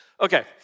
Okay